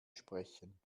sprechen